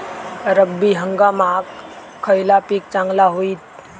रब्बी हंगामाक खयला पीक चांगला होईत?